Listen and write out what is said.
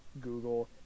google